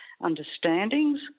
understandings